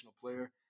player